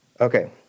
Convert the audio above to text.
Okay